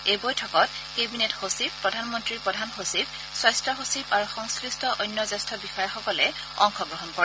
এই বৈঠকত কেবিনেট সচিব প্ৰধান মন্ত্ৰীৰ প্ৰধান সচিব স্বাস্থ্য সচিব আৰু সংশ্লিষ্ট অন্য জ্যেষ্ঠ বিষয়াসকলে অংশগ্ৰহণ কৰে